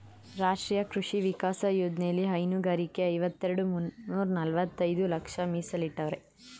ರಾಷ್ಟ್ರೀಯ ಕೃಷಿ ವಿಕಾಸ ಯೋಜ್ನೆಲಿ ಹೈನುಗಾರರಿಗೆ ಐವತ್ತೆರೆಡ್ ಮುನ್ನೂರ್ನಲವತ್ತೈದು ಲಕ್ಷ ಮೀಸಲಿಟ್ಟವ್ರೆ